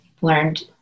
learned